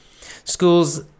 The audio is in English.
Schools